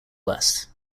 west